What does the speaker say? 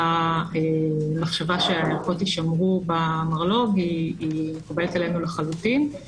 שהמחשבה שהערכות יישמרו במרלו"ג היא מקובלת עלינו לחלוטין.